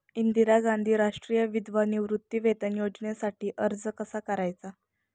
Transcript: इंदिरा गांधी राष्ट्रीय विधवा निवृत्तीवेतन योजनेसाठी अर्ज कसा करायचा?